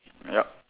yup